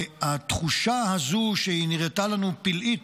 התחושה הזו שנראתה לנו פלאית,